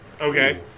Okay